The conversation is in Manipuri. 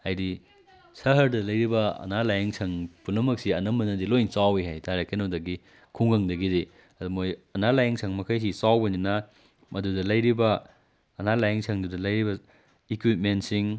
ꯍꯥꯏꯗꯤ ꯁꯍꯔꯗ ꯂꯩꯔꯤꯕ ꯑꯅꯥ ꯂꯥꯏꯌꯦꯡ ꯁꯪ ꯄꯨꯝꯅꯃꯛꯁꯤ ꯑꯅꯝꯕꯅꯗꯤ ꯂꯣꯏ ꯆꯥꯎꯋꯤ ꯍꯥꯏꯇꯥꯔꯦ ꯀꯩꯅꯣꯗꯒꯤ ꯈꯨꯡꯒꯪꯗꯒꯤꯗꯤ ꯑꯗ ꯃꯣꯏ ꯑꯅꯥ ꯂꯥꯏꯌꯦꯡ ꯁꯪ ꯃꯈꯩꯁꯤ ꯆꯥꯎꯕꯅꯤꯅ ꯃꯗꯨꯗ ꯂꯩꯔꯤꯕ ꯑꯅꯥ ꯂꯥꯏꯌꯦꯡ ꯁꯪꯗꯨꯗ ꯂꯩꯔꯤꯕ ꯏꯀ꯭ꯋꯤꯞꯃꯦꯟꯁꯤꯡ